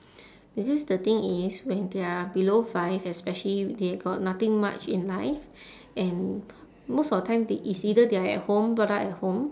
because the thing is when they are below five especially they got nothing much in life and most of the time they it's either they are at home brought up at home